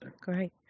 Great